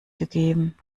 gegeben